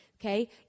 okay